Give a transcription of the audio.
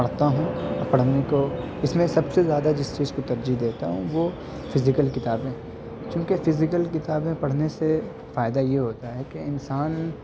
پڑھتا ہوں پڑھنے کو اس میں سب سے زیادہ جس چیز کو ترجیح دیتا ہوں وہ فیزیکل کتابیں کیونکہ فیزیکل کتابیں پڑھنے سے فائدہ یہ ہوتا ہے کہ انسان